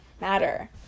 matter